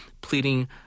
pleading